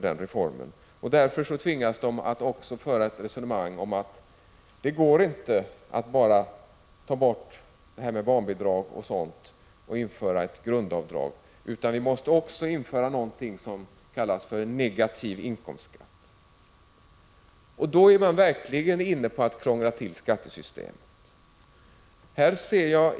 Därför tvingas moderaterna också föra resonemanget att det inte går att bara ta bort barnbidragen och införa ett grundavdrag, utan man måste också införa något som kallas för negativ inkomstskatt. Då är man verkligen inne på att krångla till skattesystemet!